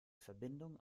verbindung